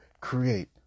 create